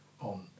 on